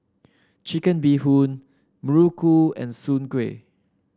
Chicken Bee Hoon muruku and Soon Kuih